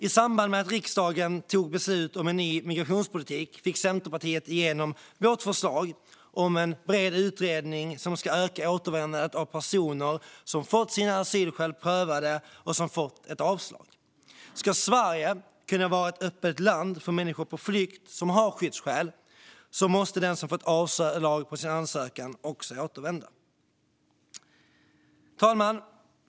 I samband med att riksdagen tog beslut om en ny migrationspolitik fick Centerpartiet igenom vårt förslag om en bred utredning om att öka återvändandet för personer som fått sina asylskäl prövade och fått avslag. Ska Sverige kunna vara ett öppet land för människor på flykt som har skyddsskäl måste den som fått avslag på sin ansökan också återvända. Herr talman!